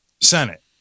Senate